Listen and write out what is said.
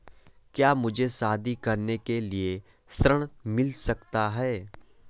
क्या मुझे शादी करने के लिए ऋण मिल सकता है?